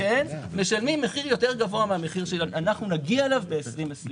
משלמים מחיר יותר גבוה מהמחיר שנגיע אליו ב-2028.